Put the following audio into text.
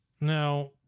Now